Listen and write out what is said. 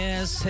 Yes